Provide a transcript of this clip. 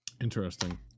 Interesting